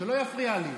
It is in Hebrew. שלא יפריע לי.